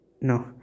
no